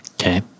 Okay